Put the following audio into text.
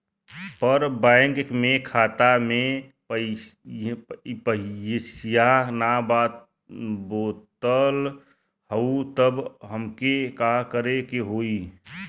पर बैंक मे खाता मे पयीसा ना बा बोलत हउँव तब हमके का करे के होहीं?